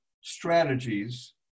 strategies